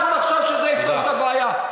ואנחנו נחשוב שזה יפתור את הבעיה.